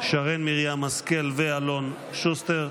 שרן מרים השכל ואלון שוסטר.